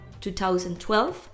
2012